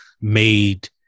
made